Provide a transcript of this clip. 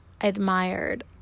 admired